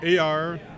AR